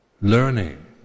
learning